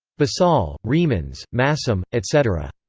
basol, remens, masom, etc.